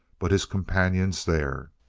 but his companions there,